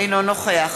אינו נוכח